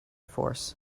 force